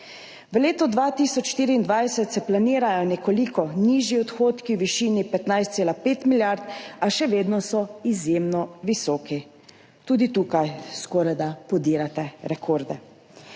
V letu 2024 se planirajo nekoliko nižji odhodki v višini 15,5 milijarde, a še vedno so izjemno visoki. Tudi tukaj skorajda podirate rekorde.